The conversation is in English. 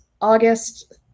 August